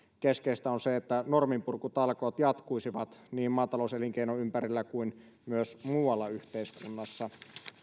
keskeistä on se että norminpurkutalkoot jatkuisivat niin maatalouselinkeinon ympärillä kuin myös muualla yhteiskunnassa